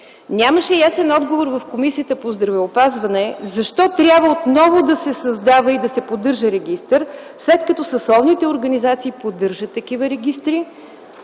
Нямаше ясен отговор в Комисията по здравеопазването защо трябва отново да се създава и поддържа регистър, след като съсловните организации поддържат такива регистри